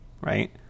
Right